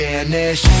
Vanish